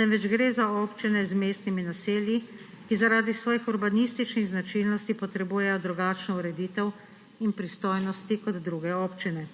temveč gre za občine z mestnimi naselji, ki zaradi svojih urbanističnih značilnosti potrebujejo drugačno ureditev in pristojnosti kot druge občine.